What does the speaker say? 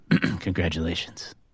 Congratulations